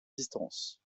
distances